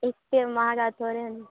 एते महगा थोड़े ने